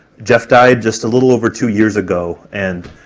jeff died just a little over two years ago, and